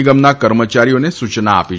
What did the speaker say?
નિગમના કર્મચારીઓને સૂચના આપી છે